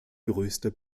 größter